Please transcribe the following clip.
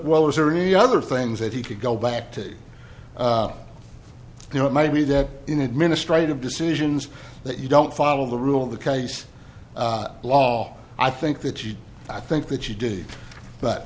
well was there any other things that he could go back to you know it might be that in administrative decisions that you don't follow the rule of the case law i think that you i think that you do but